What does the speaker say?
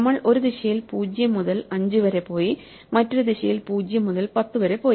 നമ്മൾ ഒരു ദിശയിൽ 0 മുതൽ 5 വരെ പോയിമറ്റൊരു ദിശയിൽ 0 മുതൽ 10 വരെ പോയി